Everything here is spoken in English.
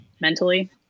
mentally